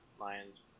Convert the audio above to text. lion's